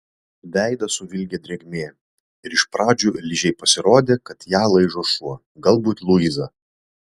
veidą suvilgė drėgmė ir iš pradžių ližei pasirodė kad ją laižo šuo galbūt luiza